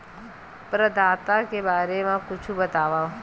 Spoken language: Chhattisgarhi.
प्रदाता के बारे मा कुछु बतावव?